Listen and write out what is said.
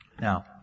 Now